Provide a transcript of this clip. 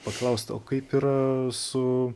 paklaust o kaip yra su